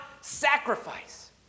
sacrifice